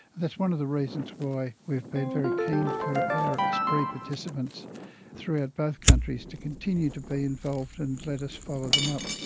that's one of the reasons why we have been very keen for our aspree participants throughout both countries to continue to be involved and let us follow them up.